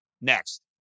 Next